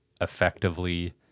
effectively